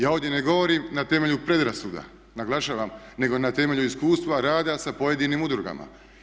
Ja ovdje ne govorim na temelju predrasuda, naglašavam nego na temelju iskustva rada sa pojedinim udrugama.